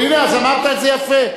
אמרת את זה יפה.